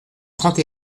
trente